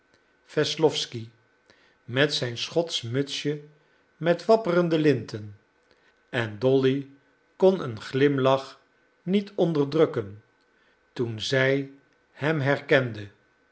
wesslowsky met zijn schotsch mutsje met wapperende linten en dolly kon een glimlach niet onderdrukken toen zij hem herkende